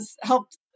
helped